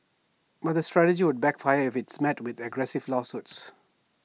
but the strategy could backfire if it's met with aggressive lawsuits